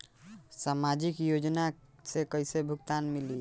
सामाजिक योजना से कइसे भुगतान मिली?